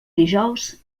dijous